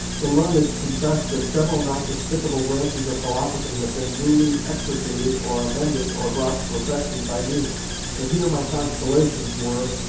the learned confess that several not despicable branches of philosophy have been newly extricated or amended or brought to perfection by me but here my constellations were,